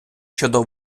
щодо